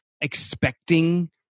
expecting